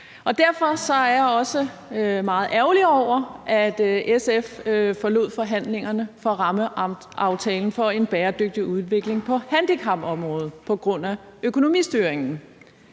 Derfor var jeg også meget ærgerlig over, at SF forlod forhandlingerne for rammeaftalen for en bæredygtig udvikling på handicapområdet på grund af økonomistyringen.